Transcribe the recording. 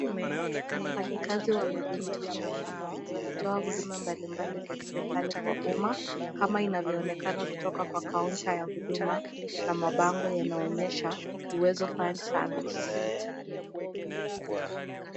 Wafanyikazi wa Huduma Kenya wanatoa huduma mbalimbali za serikali kwa umma kama inavyoonekana kutoka kwa kaunta ya huduma na mabango yanaonyesha Uwezo Fund Service.